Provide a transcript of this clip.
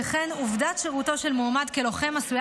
שכן עובדת שירותו של מועמד כלוחם עשויה